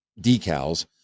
decals